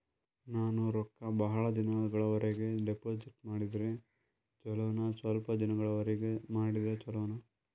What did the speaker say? ನಾನು ರೊಕ್ಕ ಬಹಳ ದಿನಗಳವರೆಗೆ ಡಿಪಾಜಿಟ್ ಮಾಡಿದ್ರ ಚೊಲೋನ ಸ್ವಲ್ಪ ದಿನಗಳವರೆಗೆ ಮಾಡಿದ್ರಾ ಚೊಲೋನ?